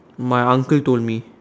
my uncle told me